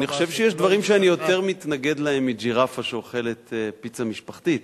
אני חושב שיש דברים שאני מתנגד להם יותר מג'ירפה שאוכלת פיצה משפחתית,